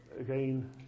Again